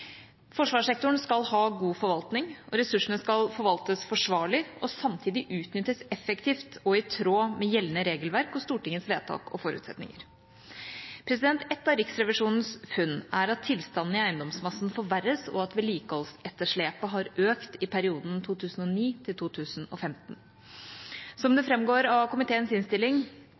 Forsvarssektoren skal ha god forvaltning, og ressursene skal forvaltes forsvarlig og samtidig utnyttes effektivt og i tråd med gjeldende regelverk og Stortingets vedtak og forutsetninger. Et av Riksrevisjonens funn er at tilstanden i eiendomsmassen forverres, og at vedlikeholdsetterslepet har økt i perioden 2009–2015. Som det framgår av komiteens innstilling,